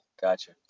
gotcha